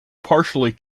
partly